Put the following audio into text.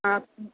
ആ